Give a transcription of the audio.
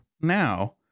Now